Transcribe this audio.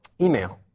Email